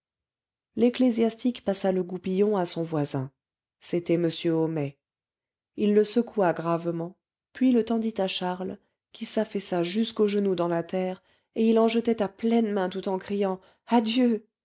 l'ecclésiastique passa le goupillon à son voisin c'était m homais il le secoua gravement puis le tendit à charles qui s'affaissa jusqu'aux genoux dans la terre et il en jetait à pleines mains tout en criant adieu